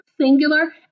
singular